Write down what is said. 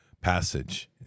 passage